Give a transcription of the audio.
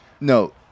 No